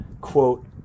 quote